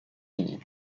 unis